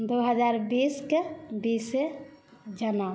दू हजार बीसके बीसे जनम